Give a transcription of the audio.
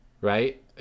Right